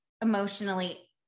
emotionally